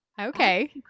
Okay